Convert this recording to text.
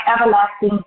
everlasting